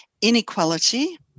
inequality